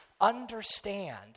understand